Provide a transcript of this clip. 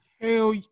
Hell